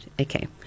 okay